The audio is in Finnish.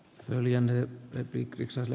herr talman